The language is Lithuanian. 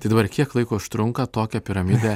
tai dabar kiek laiko užtrunka tokią piramidę